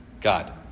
God